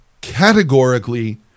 categorically